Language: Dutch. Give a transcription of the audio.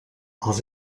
als